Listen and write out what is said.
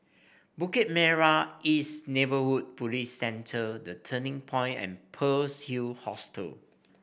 Bukit Merah East Neighbourhood Police Centre The Turning Point and Pearl's Hill Hostel